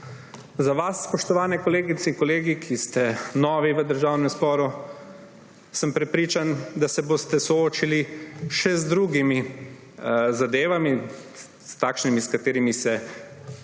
Za vas, spoštovane kolegice in kolegi, ki ste novi v Državnem zboru, sem prepričan, da se boste soočili še z drugimi zadevami, s takšnimi, s kakršnimi se starejši